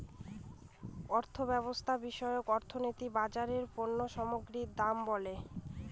অর্থব্যবস্থা বিষয়ক অর্থনীতি বাজারে পণ্য সামগ্রীর দাম বলে